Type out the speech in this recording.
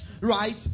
right